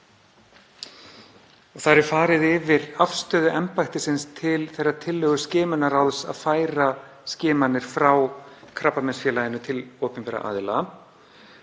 Þar er farið yfir afstöðu embættisins til þeirrar tillögu skimunarráðs að færa skimanir frá Krabbameinsfélaginu til opinberra aðila.